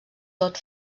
dot